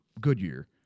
Goodyear